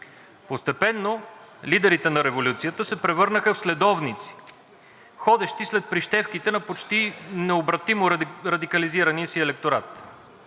Постепенно лидерите на революцията се превърнаха в следовници, ходещи след прищевките на почти необратимо радикализирания си електорат.